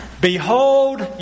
Behold